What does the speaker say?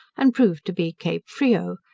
and proved to be cape frio,